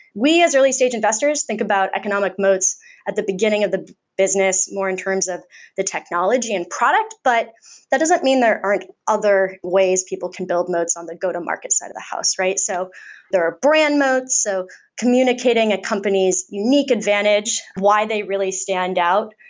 we as early-stage investors think about economic moats at the beginning of the business more in terms of the technology and product, but that doesn't mean there aren't other ways people can build moats on the go-to-market side of the house, right? so there are brand moats. so communicating at company's unique advantage, why they really stand out?